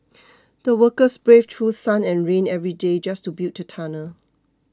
the workers braved through sun and rain every day just to build the tunnel